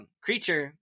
creature